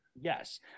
yes